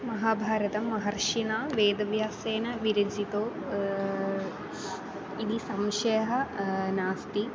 महाभारतं महर्षिना वेदव्यासेन विरचितो इति संशयः नास्ति